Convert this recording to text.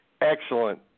excellent